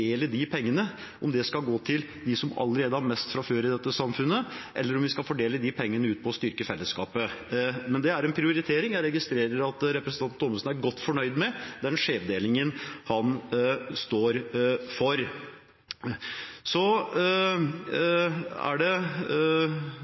pengene – om det skal gå til dem som allerede har mest fra før i dette samfunnet, eller om vi skal fordele de pengene for å styrke fellesskapet. Det er en prioritering. Jeg registrerer at representanten Thommessen er godt fornøyd med den skjevdelingen han står for. Det er egentlig ikke tid til å gå så